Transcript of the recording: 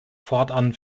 fortan